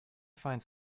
find